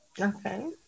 Okay